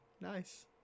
Nice